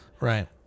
Right